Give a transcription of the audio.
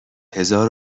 هزار